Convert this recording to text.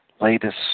latest